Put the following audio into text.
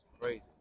crazy